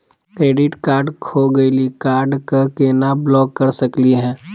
Credit card खो गैली, card क केना ब्लॉक कर सकली हे?